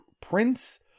Prince